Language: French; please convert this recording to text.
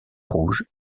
rouge